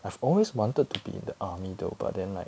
I've always wanted to be in the army though but then like